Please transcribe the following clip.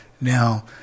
Now